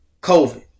COVID